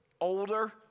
older